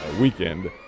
weekend